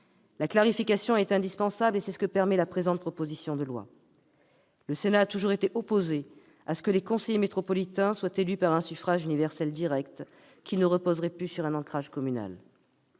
Une clarification est indispensable, et la présente proposition de loi la permet. Le Sénat a toujours été opposé à ce que les conseillers métropolitains soient élus selon un mode de suffrage universel direct qui ne reposerait plus sur un ancrage communal.